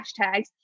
hashtags